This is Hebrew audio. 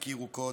קודם.